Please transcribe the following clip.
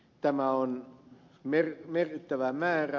tämä on merkittävä määrä